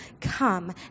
come